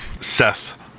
Seth